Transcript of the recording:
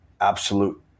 absolute